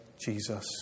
Jesus